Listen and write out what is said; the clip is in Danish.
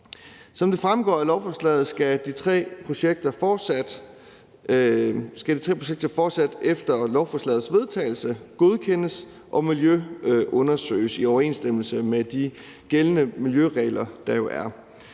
Som det fremgår af lovforslaget, skal de tre projekter fortsat efter lovforslagets vedtagelse godkendes og miljøundersøges i overensstemmelse med de gældende miljøregler.